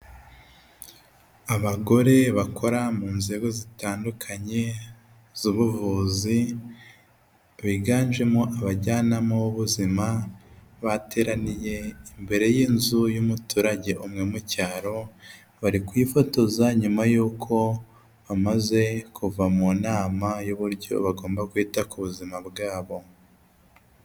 Abagore bakora mu nzego zitandukanye z'ubuvuzi biganjemo abajyanama b'ubuzima bateraniye imbere y'inzu y'umuturage umwe mu cyaro bari kwifotoza nyuma yuko bamaze kuva mu nama y'uburyo bagomba kwita ku buzima bwabo.